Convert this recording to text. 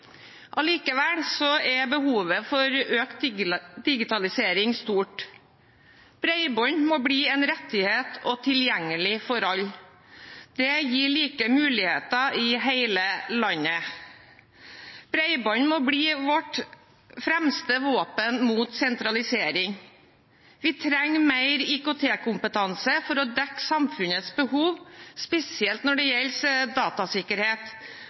Allikevel er behovet for økt digitalisering stort. Bredbånd må bli en rettighet og tilgjengelig for alle. Det gir like muligheter i hele landet. Bredbånd må bli vårt fremste våpen mot sentralisering. Vi trenger mer IKT-kompetanse for å dekke samfunnets behov, spesielt når det gjelder datasikkerhet,